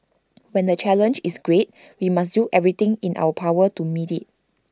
while the challenge is great we must do everything in our power to meet IT